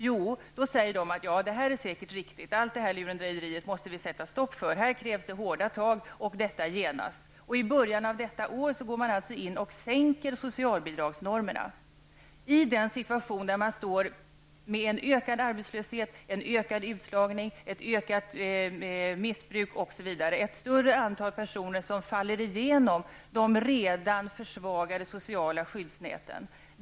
Jo, de säger att detta är säkert riktigt. Allt det här lurendrejeriet måste vi sätta stopp för. Här krävs det hårda tag, och det genast. I början av detta år går man alltså in och sänker socialbidragsnormerna i en situation där man står med en ökad arbetslöshet, en ökad utslagning, ett ökat missbruk osv. Ett större antal personer faller igenom de redan försvagade sociala skyddsnäten.